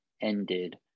ended